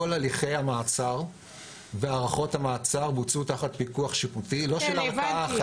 כל הליכי המעצר והארכות המעצר בוצעו תחת פיקוח שיפוטי לא של ערכאה אחת,